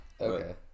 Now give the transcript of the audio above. Okay